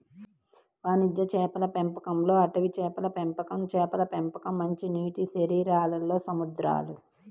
వాణిజ్య చేపల పెంపకంలోఅడవి చేపల పెంపకంచేపల పెంపకం, మంచినీటిశరీరాల్లో సముద్రాలు